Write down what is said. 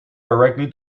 directly